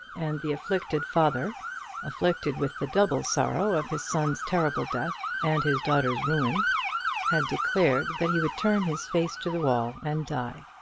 and the afflicted father afflicted with the double sorrow of his son's terrible death and his daughter's ruin had declared that he would turn his face to the wall and die.